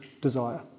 desire